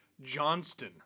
johnston